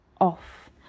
off